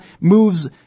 moves